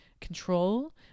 control